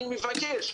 אני מבקש,